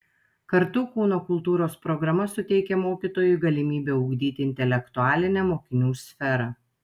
kartu kūno kultūros programa suteikia mokytojui galimybę ugdyti intelektualinę mokinių sferą